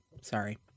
Sorry